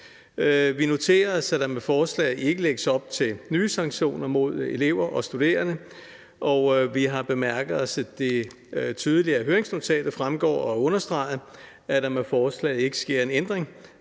Vi noterer os, at der med forslaget ikke lægges op til nye sanktioner mod elever og studerende, og vi har bemærket os, at det af høringsnotatet tydeligt fremgår – det er også understreget – at der med forslaget ikke sker en ændring